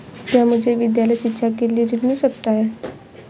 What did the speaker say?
क्या मुझे विद्यालय शिक्षा के लिए ऋण मिल सकता है?